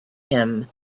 him